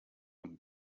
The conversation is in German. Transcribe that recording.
und